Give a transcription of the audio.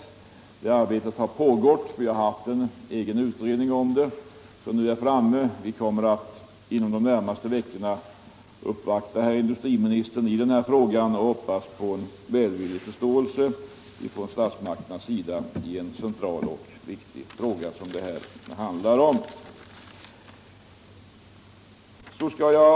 Förberedelsearbetet pågår redan, vi har haft en egen utredning som nu är färdig och vi kommer inom de närmaste veckorna att uppvakta herr industriministern och hoppas på en välvillig förståelse från statsmakterna i denna centrala och viktiga fråga.